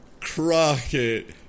Crockett